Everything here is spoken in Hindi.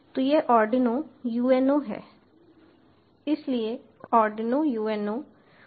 तो यह आर्डिनो UNO है